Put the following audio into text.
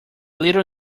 little